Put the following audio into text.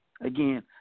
again